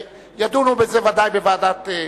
ידונו בזה, ודאי, בוועדה.